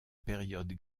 période